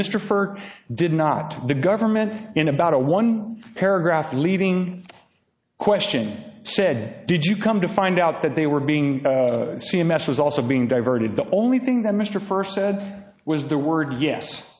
refer did not the government in about a one paragraph leading question said did you come to find out that they were being c m s was also being diverted the only thing that mr first said was the word yes